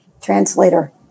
translator